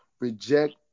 reject